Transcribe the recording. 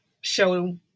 show